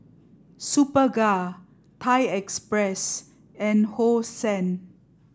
Superga Thai Express and Hosen